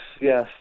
yes